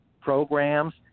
programs